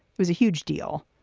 was a huge deal.